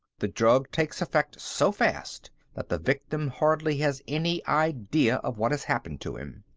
the drug takes effect so fast that the victim hardly has any idea of what has happened to him.